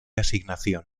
asignación